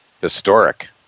historic